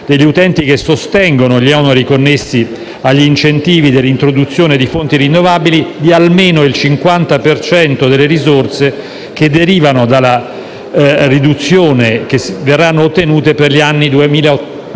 degli utenti che sostengono gli oneri connessi agli incentivi per l'introduzione di fonti rinnovabili di almeno il 50 per cento delle risorse che derivano dalle riduzioni che verranno ottenute per gli anni 2018-2020.